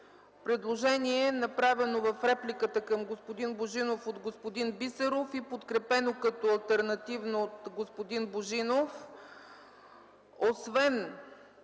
предложение, направено в репликата към господин Божинов от господин Бисеров и подкрепено като алтернативно от господин Божинов: